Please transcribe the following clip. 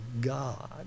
God